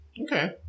Okay